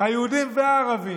היהודים והערבים.